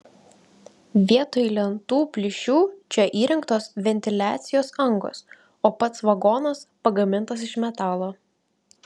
vietoj lentų plyšių čia įrengtos ventiliacijos angos o pats vagonas pagamintas iš metalo